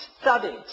studied